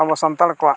ᱟᱵᱚ ᱥᱟᱱᱛᱟᱲ ᱠᱚᱣᱟᱜ